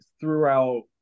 throughout